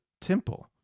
temple